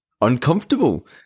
uncomfortable